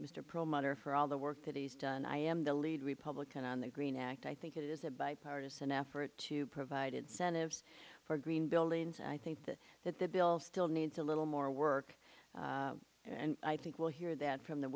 mother for all the work that he's done i am the lead republican on the green act i think it is a bipartisan effort to provide incentives for green buildings and i think that that the bill still needs a little more work and i think we'll hear that from the